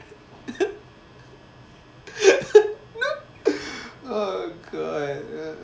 oh god